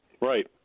Right